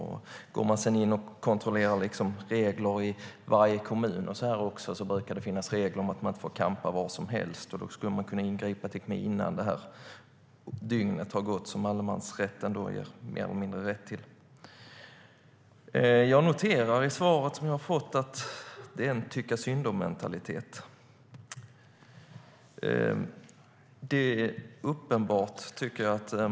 I varje kommun brukar det dessutom finnas regler om att människor inte får campa var som helst, och då skulle man kunna ingripa innan det dygn som allemansrätten ger rätt till har gått. Det är en tycka-synd-om-mentalitet i svaret.